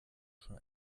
schon